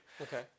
Okay